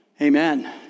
Amen